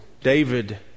David